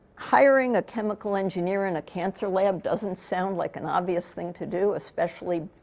hiring a chemical engineer in a cancer lab doesn't sound like an obvious thing to do, especially